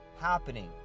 happening